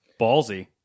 Ballsy